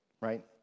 right